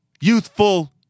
youthful